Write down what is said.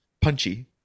punchy